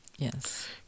Yes